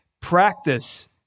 practice